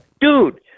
Dude